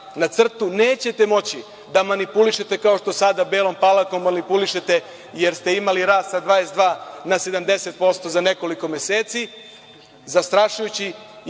na crtu, nećete moći da manipulišete kao što sada Belom Palankom manipulišete, jer ste imali rast sa 22% na 70% za nekoliko meseci,